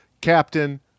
captain